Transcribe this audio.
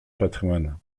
patrimoine